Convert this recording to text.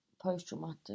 post-traumatic